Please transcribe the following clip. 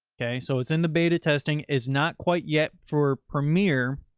okay. so it was in the beta testing is not quite yet for premiere,